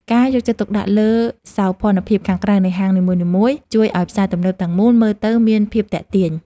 ការយកចិត្តទុកដាក់លើសោភ័ណភាពខាងក្រៅនៃហាងនីមួយៗជួយឱ្យផ្សារទំនើបទាំងមូលមើលទៅមានភាពទាក់ទាញ។